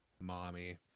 Mommy